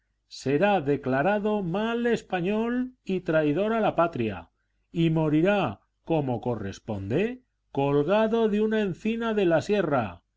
será declarado mal español y traidor a la patria y morirá como corresponde colgado de una encina de la sierra